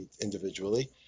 individually